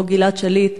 כמו גלעד שליט,